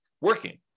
working